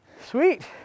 Sweet